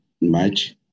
March